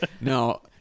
No